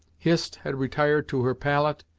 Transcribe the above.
hist had retired to her pallet,